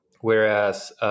Whereas